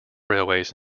railways